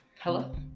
hello